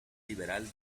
liberal